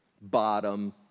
bottom